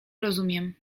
rozumiem